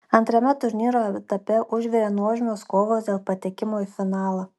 antrame turnyro etape užvirė nuožmios kovos dėl patekimo į finalą